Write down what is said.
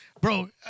bro